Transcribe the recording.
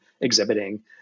exhibiting